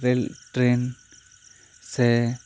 ᱨᱮ ᱞ ᱴᱨᱮᱱ ᱥᱮ